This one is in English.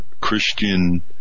Christian